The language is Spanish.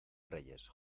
reyes